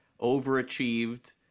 overachieved